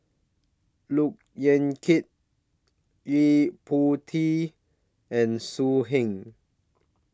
Look Yan Kit Yo Po Tee and So Heng